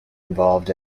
involved